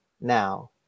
now